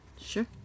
Sure